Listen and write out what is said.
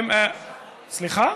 סליחה?